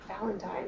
Valentine